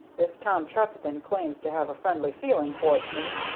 this tom trefethen claims to have a friendly feeling towards me,